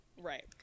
Right